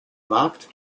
markt